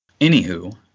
anywho